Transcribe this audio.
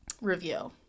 review